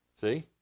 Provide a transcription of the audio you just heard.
See